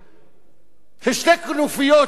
של שתי כנופיות של שודדים.